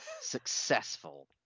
successful